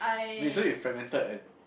wait so you fragmented and